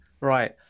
Right